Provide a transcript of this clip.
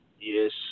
Yes